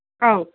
ꯑꯪ